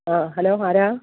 ആ ഹലോ ആരാണ്